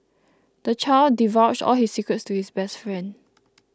the child divulged all his secrets to his best friend